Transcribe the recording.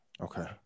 Okay